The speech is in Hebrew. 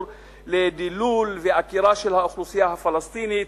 לדילול ועקירה של האוכלוסייה הפלסטינית,